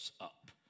up